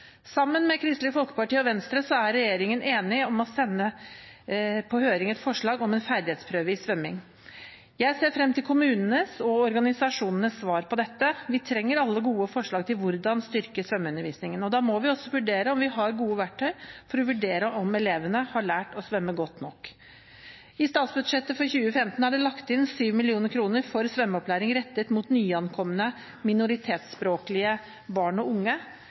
Sammen med Kristelig Folkeparti og Venstre er regjeringen enig om å sende på høring et forslag om en ferdighetsprøve i svømming. Jeg ser frem til kommunenes og organisasjonenes svar på dette. Vi trenger alle gode forslag til hvordan styrke svømmeundervisningen. Da må vi også vurdere om vi har gode verktøy for å vurdere om elevene har lært å svømme godt nok. I statsbudsjettet for 2015 er det lagt inn 7 mill. kr for svømmeopplæring rettet mot nyankomne minoritetsspråklige barn og unge.